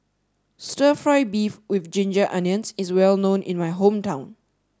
Stir Fry Beef with Ginger Onions is well known in my hometown